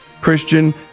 Christian